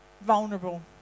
Vulnerable